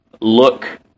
look